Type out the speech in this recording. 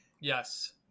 Yes